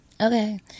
Okay